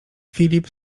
filip